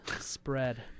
spread